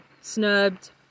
snubbed